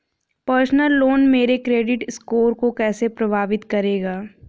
Personal loan मेरे credit score को कैसे प्रभावित करेगा?